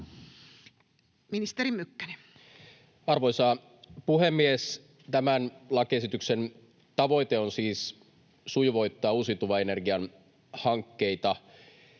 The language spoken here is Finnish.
Arvoisa puhemies! Tämän lakiesityksen tavoite on siis sujuvoittaa uusiutuvan energian hankkeita,